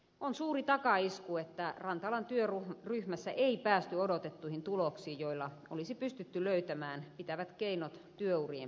on suuri takaisku että rantalan työryhmässä ei päästy odotettuihin tuloksiin joilla olisi pystytty löytämään pitävät keinot työurien pidentämiseksi